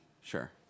Sure